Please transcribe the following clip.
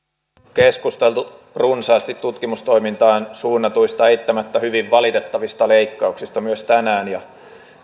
keskusteltu runsaasti tutkimustoimintaan suunnatuista eittämättä hyvin valitettavista leikkauksista myös tänään